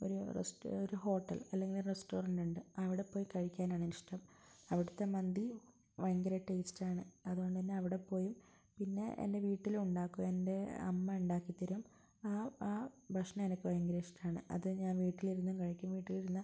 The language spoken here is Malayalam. ഒരു റസ്റ്റ് ഒരു ഹോട്ടൽ അല്ലെങ്കിൽ റസ്റ്റോറന്റ് ഉണ്ട് അവിടെ പോയി കഴിക്കാനാണ് എനിക്ക് ഇഷ്ടം അവിടുത്തെ മന്തി ഭയങ്കര ടേസ്റ്റ് ആണ് അതുകൊണ്ട് തന്നെ അവിടെ പോയി പിന്നെ എൻ്റെ വീട്ടിലും ഉണ്ടാക്കും എൻ്റെ അമ്മ ഉണ്ടാക്കിത്തരും ആ ആ ഭക്ഷണം എനിക്ക് ഭയങ്കര ഇഷ്ടമാണ് അത് ഞാൻ വീട്ടിലിരുന്നും കഴിക്കും വീട്ടിൽ ഇരുന്ന്